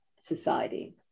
society